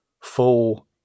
full